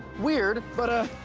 weird, but ah.